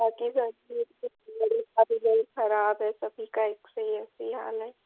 बाक़ी ख़राब है सभी का एक से ही ऐसी ही हाल है